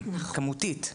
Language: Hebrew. מלבד סופי שבוע וזהו.